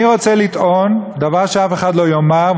אני רוצה לטעון דבר שאף אחד לא יאמר,